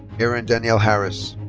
erin danielle harris.